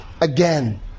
again